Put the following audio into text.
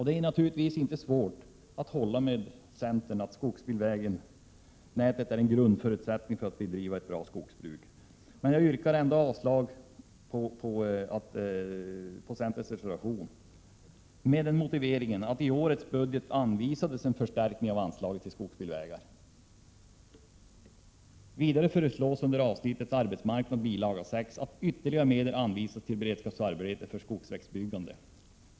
Det är naturligtvis inte svårt att hålla med centern om att skogsbilvägnätet är en grundförutsättning för att bedriva ett bra skogsbruk. Jag yrkar ändå avslag på centerns reservation med den motiveringen att i årets budget anvisas en förstärkning av anslaget till skogsbilvägar. Vidare föreslås under avsnittet Arbetsmarknad bil. 6 att ytterligare medel anvisas till beredskapsarbete för skogsvägbyggande.